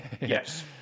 Yes